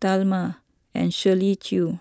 Talma and Shirley Chew